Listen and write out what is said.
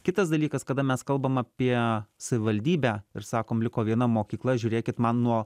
kitas dalykas kada mes kalbam apie savivaldybę ir sakom liko viena mokykla žiūrėkit man nuo